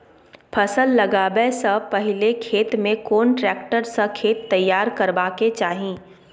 फसल लगाबै स पहिले खेत में कोन ट्रैक्टर स खेत तैयार करबा के चाही?